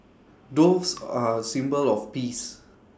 doves are A symbol of peace